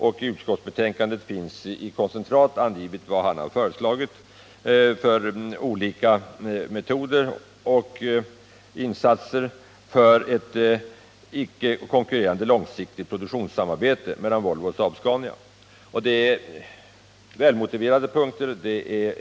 I utskottsbetänkandet finns i koncentrat angivet vad Bert Lindström har föreslagit för olika metoder och insatser för ett icke konkurrerande långsiktigt produktionssamarbete mellan Volvo och Saab Scania. Det är välmotiverade punkter i förslaget.